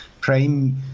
prime